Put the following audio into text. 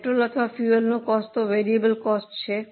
petrol અથવા ફુએલનો cost તે વેરિયેબલ કોસ્ટ છે